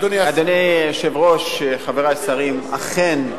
אדוני היושב-ראש, חברי השרים, אכן,